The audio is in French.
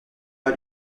pas